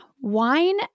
wine